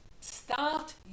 Start